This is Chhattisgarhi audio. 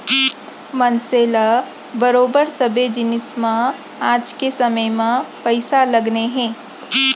मनसे ल बरोबर सबे जिनिस म आज के समे म पइसा लगने हे